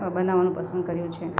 બનાવાનું પસંદ કર્યું છે